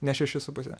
ne šeši su puse